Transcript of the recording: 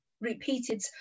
repeated